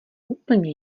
úplně